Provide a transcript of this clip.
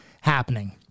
happening